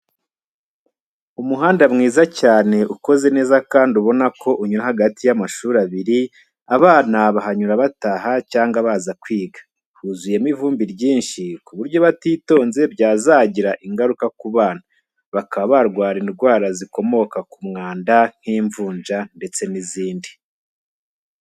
Umuhanda mwiza cyane ukoze neza kandi ubona ko unyura hagati y'amashuri abiri, abana bahanyura bataha cyangwa baza kwiga. Huzuyemo ivumbi ryinshi ku buryo batitonze byazagira ingaruka ku bana, bakaba barwara indwara zikomoka ku mwanda nk'imvunja ndetse n'izindi.